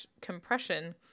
compression